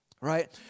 right